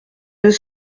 deux